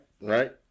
right